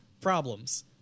Problems